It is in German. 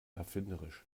erfinderisch